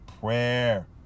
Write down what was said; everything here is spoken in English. prayer